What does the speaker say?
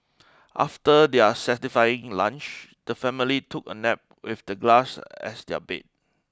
after their satisfying lunch the family took a nap with the glass as their bed